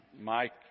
Mike